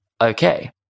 Okay